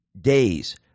days